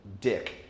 dick